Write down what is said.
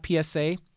PSA